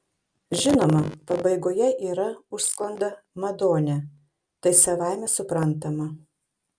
žinoma pabaigoje yra užsklanda madone tai savaime suprantama